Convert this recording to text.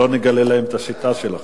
לא נגלה להם את השיטה שלכם.